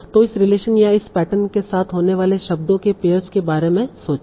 तो इस रिलेशन या इस पैटर्न के साथ होने वाले शब्दों के पेयर्स के बारे में सोचें